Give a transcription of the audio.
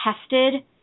tested